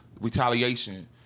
retaliation